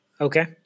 Okay